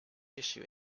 issue